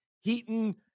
Heaton